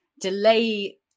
delay